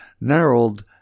narrowed